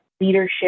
leadership